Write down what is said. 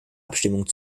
abstimmung